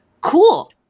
Cool